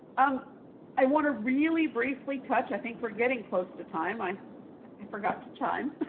um i want to really briefly touch i think we're getting close to time. i i forgot to time.